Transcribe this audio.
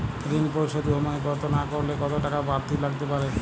ঋন পরিশোধ সময় মতো না করলে কতো টাকা বারতি লাগতে পারে?